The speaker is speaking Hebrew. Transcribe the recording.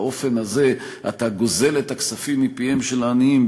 באופן הזה אתה גוזל את הכספים מפיהם של העניים,